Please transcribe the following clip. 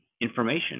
information